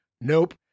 nope